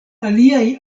aliaj